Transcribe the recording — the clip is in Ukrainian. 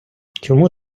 чому